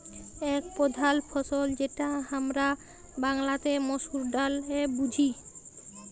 এক প্রধাল ফসল যেটা হামরা বাংলাতে মসুর ডালে বুঝি